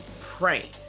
pray